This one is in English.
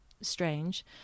strange